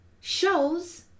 shows